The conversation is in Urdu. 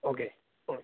اوکے او